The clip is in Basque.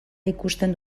ikusten